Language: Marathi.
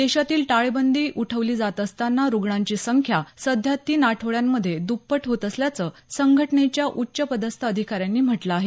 देशातील टाळेबंदी उठवली जात असताना रुग्णांची संख्या सध्या तीन आठवड्यांमधे दुप्पट होत असल्याचं संघटनेच्या उच्च पदस्थ अधिकाऱ्यांनी म्हटलं आहे